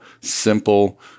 simple